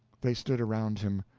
they stood around him.